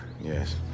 Yes